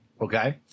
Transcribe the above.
Okay